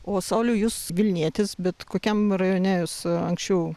o sauliau jūs vilnietis bet kokiam rajone jūs anksčiau